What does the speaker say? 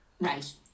Right